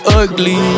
ugly